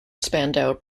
spandau